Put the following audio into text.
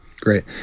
Great